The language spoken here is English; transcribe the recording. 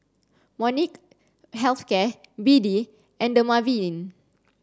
Molnylcke Health Care B D and Dermaveen